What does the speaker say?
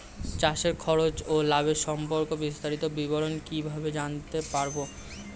চাষে খরচ ও লাভের সম্পর্কে বিস্তারিত বিবরণ কিভাবে জানতে পারব?